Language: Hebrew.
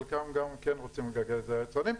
חלקם גם כן רוצים לגלגל את זה לצרכנים,